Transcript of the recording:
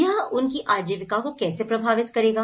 यह उनकी आजीविका को कैसे प्रभावित करेगा